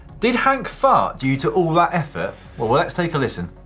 did hank fart due to all that effort? well well let's take a listen.